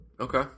Okay